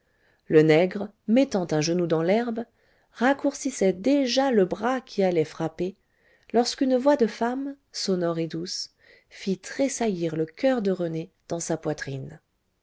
le nègre mettant un genou dans l'herbe raccourcissait déjà le bras qui allait frapper lorsqu'une voix de femme sonore et douce fit tressaillir le coeur de rené dans sa poitrine